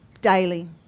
daily